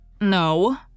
No